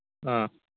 ꯑꯥ